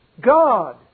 God